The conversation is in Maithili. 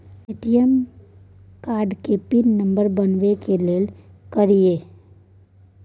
ए.टी.एम कार्ड के पिन नंबर बनाबै के लेल की करिए?